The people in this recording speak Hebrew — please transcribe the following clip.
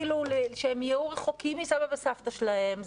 שהם יהיו רחוקים מסבא וסבתא שלהם,